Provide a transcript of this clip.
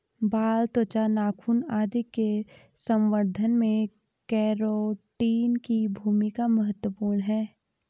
बाल, त्वचा, नाखून आदि के संवर्धन में केराटिन की भूमिका महत्त्वपूर्ण है